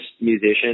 musician